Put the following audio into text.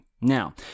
Now